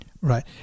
Right